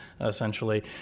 essentially